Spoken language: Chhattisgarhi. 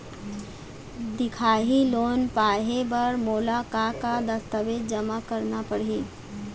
दिखाही लोन पाए बर मोला का का दस्तावेज जमा करना पड़ही?